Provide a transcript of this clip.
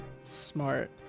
Smart